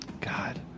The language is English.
God